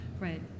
Right